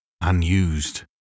unused